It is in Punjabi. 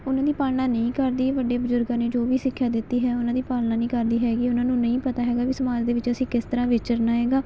ਉਹਨਾਂ ਦੀ ਪਲਾਣਾ ਨਹੀਂ ਕਰਦੀ ਵੱਡੇ ਬਜ਼ੁਰਗਾਂ ਨੇ ਜੋ ਵੀ ਸਿੱਖਿਆ ਦਿੱਤੀ ਹੈ ਉਹਨਾਂ ਦੀ ਪਾਲਣਾ ਨਹੀਂ ਕਰਦੇ ਹੈਗੇ ਉਹਨਾਂ ਨੂੰ ਨਹੀਂ ਪਤਾ ਹੈਗਾ ਵੀ ਸਮਾਜ ਦੇ ਵਿੱਚ ਅਸੀਂ ਕਿਸ ਤਰ੍ਹਾਂ ਵਿਚਰਨਾ ਹੈਗਾ